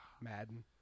Madden